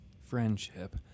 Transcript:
Friendship